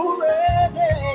ready